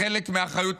חלק מהאחריות,